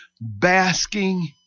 basking